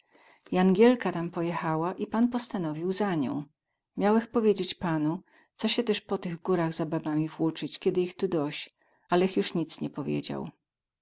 jangielka tam pojechała i pan postanowił za nią miałech powiedzieć panu co sie tyz to po górach za babami włócyć kie ich tu doś alech juz nic nie powiedział